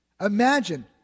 Imagine